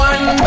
One